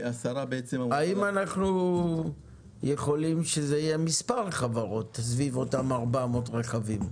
האם אנחנו יודעים שזה יהיה מספר חברות סביב אותם 400 רכבים?